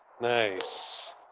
Nice